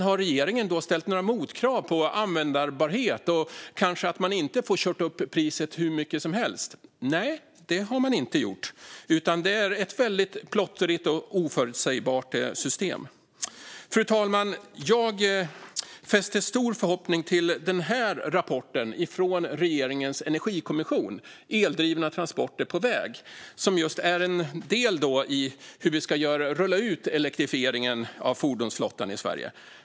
Har regeringen då ställt några motkrav på användbarhet och att man inte ska få sätta priset hur högt som helst? Nej, det har man inte gjort, utan det är ett väldigt plottrigt och oförutsägbart system. Fru talman! Jag hade en stor förhoppning om rapporten Eldrivna transporter på väg från regeringens energikommission. Det är just en del i hur vi ska rulla ut elektrifieringen av fordonsflottan i Sverige.